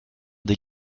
des